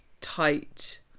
tight